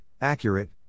accurate